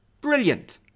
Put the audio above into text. Brilliant